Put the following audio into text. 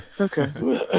Okay